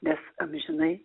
mes amžinai